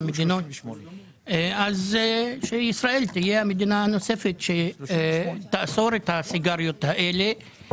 אז שישראל תהיה המדינה הנוספת שתאסור את הסיגריות האלה.